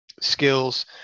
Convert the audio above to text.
skills